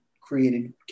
created